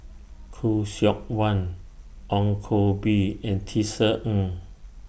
Khoo Seok Wan Ong Koh Bee and Tisa Ng